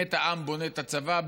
באמת העם בונה את הצבא.